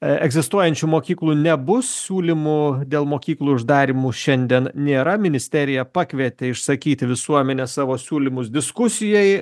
egzistuojančių mokyklų nebus siūlymų dėl mokyklų uždarymų šiandien nėra ministerija pakvietė išsakyti visuomenę savo siūlymus diskusijai